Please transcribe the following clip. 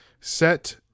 set